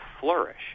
flourish